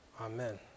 Amen